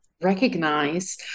recognize